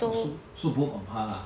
oh so so both on par lah